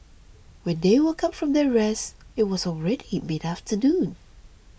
when they woke up from their rest it was already midafternoon